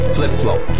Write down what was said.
Flip-flop